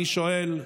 אני שואל,